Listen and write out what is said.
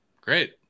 Great